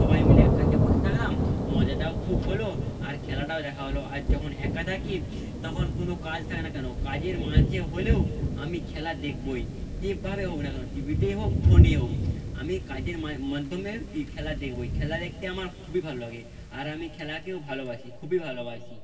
সবাই মিলে এক কাছে বসে থাকলাম মজাটাও খুব হলো আর খেলাটাও দেখা হলো আর যখন একা থাকি তখন কোনো কাজ থাকে না কেন কাজের মাঝে হলেও আমি খেলা দেখবই যেভাবে হোক না কেন টি ভিতেই হোক ফোনে হোক আমি কাজের মাধ্যমে খেলা দেখবই খেলা দেখতে আমার খুবই ভালো লাগে আর আমি খেলাকেও ভালোবাসি খুবই ভালোবাসি